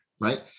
right